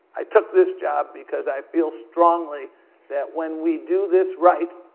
i took this job because i feel strongly that when we do this right,